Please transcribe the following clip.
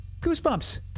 Goosebumps